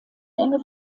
enge